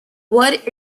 what